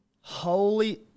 Holy